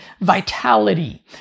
vitality